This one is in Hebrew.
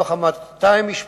מתוך 200 המשפחות,